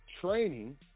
training